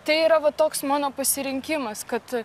tai yra va toks mano pasirinkimas kad